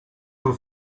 for